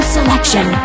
Selection